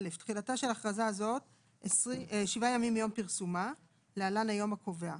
(א) תחילתה של אכרזה זאת 7 ימים מיום פרסומה (להלן היום הקבוע),